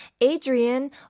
Adrian